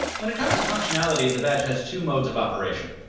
when it comes to functionality, the badge has two modes of operation.